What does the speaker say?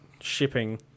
shipping